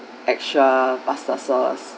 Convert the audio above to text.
extra pasta sauce